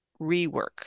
rework